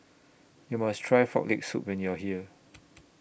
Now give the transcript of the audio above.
YOU must Try Frog Leg Soup when YOU Are here